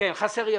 נכון, חסר ימים.